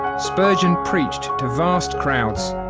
spurgeon preached to vast crowds.